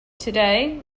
today